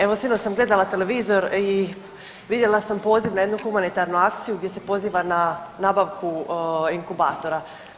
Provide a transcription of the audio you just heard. Evo sinoć sam gledala televizor i vidjela sam poziv na jednu Humanitarnu akciju gdje se poziva na nabavku inkubatora.